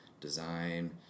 design